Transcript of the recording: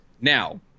Now